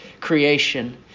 creation